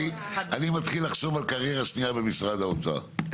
מתחיל לחשוב על קריירה שניה במשרד האוצר,